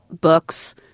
books